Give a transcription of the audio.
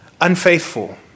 unfaithful